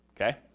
okay